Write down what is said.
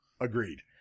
Agreed